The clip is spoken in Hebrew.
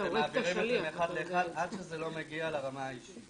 ומעבירים את זה מאחד לאחד עד שזה לא מגיע לרמה האישית,